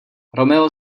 romeo